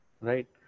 right